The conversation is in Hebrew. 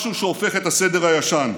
משהו שהופך את הסדר הישן: